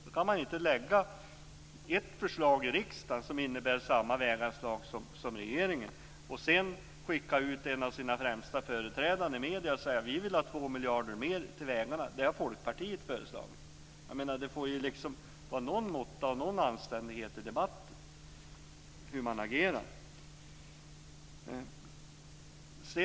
Då kan man inte först lägga fram ett förslag i riksdagen, som innebär samma väganslag som regeringen föreslår, och sedan skicka ut en av sina främsta företrädare i medierna där han säger att Folkpartiet vill ha ytterligare 2 miljarder till vägarna. Det får väl vara någon måtta och någon anständighet med hur man agerar.